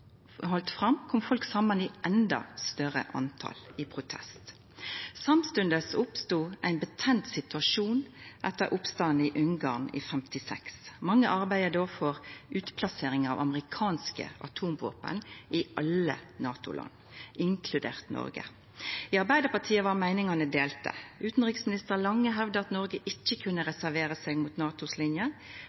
folk saman i eit enda større tal i protest. Samstundes oppstod ein betent situasjon etter oppstanden i Ungarn i 1956. Mange arbeidde då for utplassering av amerikanske atomvåpen i alle NATO-land, inkludert Noreg. I Arbeidarpartiet var meiningane delte. Utanriksminister Lange hevda at Noreg ikkje kunne reservera seg mot NATOs linje